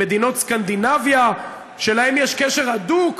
מדינות סקנדינביה שלהן יש קשר הדוק,